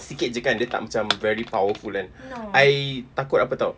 sikit sahaja kan dia tak macam very powerful kan I takut apa [tau]